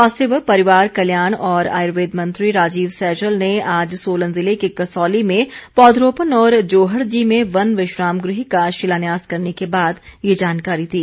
स्वास्थ्य व परिवार कल्याण और आयुर्वेद मंत्री राजीव सैजल ने आज सोलन जिले के कसौली में पौधरोपण और जोहडजी में वन विश्राम गह का शिलान्यास करने के बाद ये जानकारी दी